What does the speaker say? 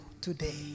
today